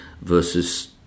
versus